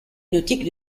nautique